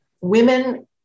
women